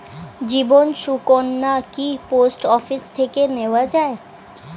জীবন সুকন্যা কি post office থেকে নেওয়া যায়?